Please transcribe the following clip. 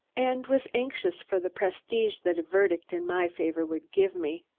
and was anxious for the prestige that a verdict in my favor would give me.